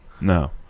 No